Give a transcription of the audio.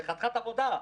זה חתיכת עבודה,